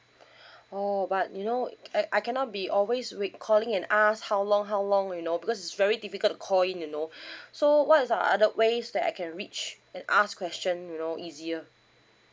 oh but you know I I cannot be always wait calling and ask how long how long you know because it's very difficult to call in you know so what's the other ways that I can reach and ask question you know easier